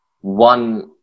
one